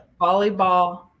volleyball